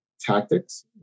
tactics